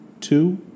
two